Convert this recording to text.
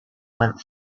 went